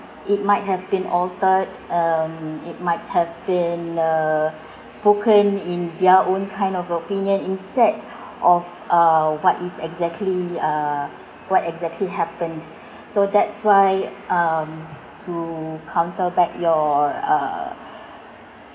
it might have been altered um it might have been uh spoken in their own kind of opinion instead of uh what is exactly uh what exactly happened so that's why um to counter back your uh